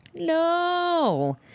No